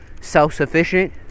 self-sufficient